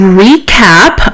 recap